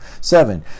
seven